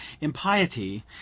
impiety